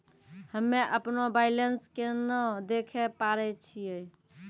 हम्मे अपनो बैलेंस केना देखे पारे छियै?